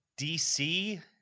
DC